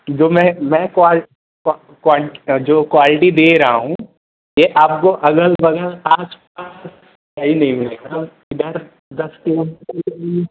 जो मैं मैं जो कवाल्टी दे रहा हूँ यह आपको अग़ल बग़ल आस पास कहीं नहीं मिलेगी